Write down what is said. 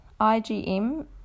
igm